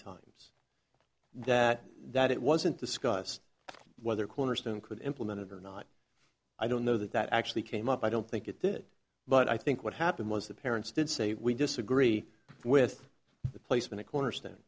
times that that it wasn't discussed whether cornerstone could implement it or not i don't know that that actually came up i don't think it did but i think what happened was the parents did say we disagree with the placement of co